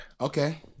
Okay